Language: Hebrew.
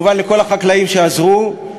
חוק לתיקון פקודת העיריות (מס' 136),